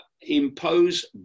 impose